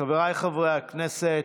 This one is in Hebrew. חבר הכנסת